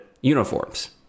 uniforms